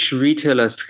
retailers